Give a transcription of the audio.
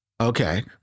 Okay